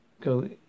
go